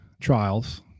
trials